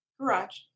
Garage